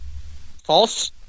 False